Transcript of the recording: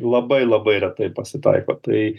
labai labai retai pasitaiko tai